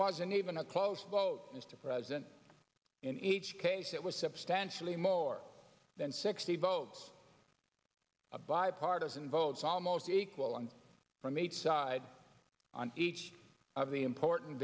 wasn't even a close vote mr president in each case it was substantially more than sixty votes a bipartisan votes almost equal one from each side on each of the important